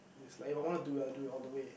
is like if I wanna do I do it all the way